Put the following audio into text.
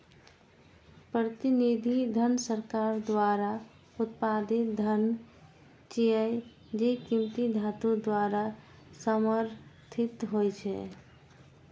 प्रतिनिधि धन सरकार द्वारा उत्पादित धन छियै, जे कीमती धातु द्वारा समर्थित होइ छै